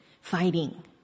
fighting